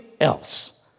else